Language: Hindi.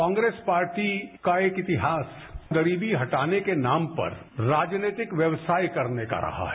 कांग्रेस पार्टी का एक ऐतिहास गरीबी हटाने के नाम पर राजनीतिक व्यवसाय करने का रहा है